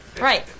Right